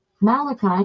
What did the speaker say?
Malachi